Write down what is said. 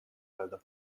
öelda